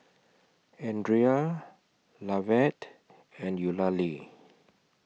Andria Lovett and Eulalie